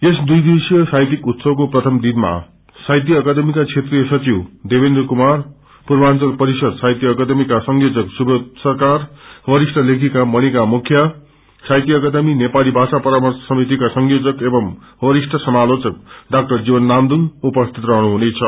यस दुइ दिवसीय साहित्यिक उत्सवको प्रथम दिनमा साहित्य अकादमीका क्षेत्रिय सचिव देवेन्द्र कुमार पूब्रंचल परिषद साहित्य अकादमीका संयोजक सुवोध सरकार वरिष्ठ लेखिका मणिका मुखिया साहित्य अकादमी नेपाली भाषा परार्मश समितिका संयोजक एवं वरिष्ठ सामालोचक डज्ञ जीवन नाम्दुंग उपस्थित हरहनु हुनेछ